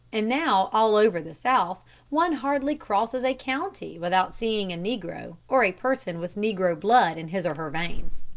and now all over the south one hardly crosses a county without seeing a negro or a person with negro blood in his or her veins.